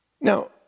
Now